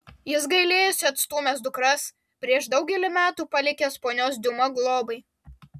jis gailėjosi atstūmęs dukras prieš daugelį metų palikęs ponios diuma globai